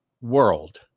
world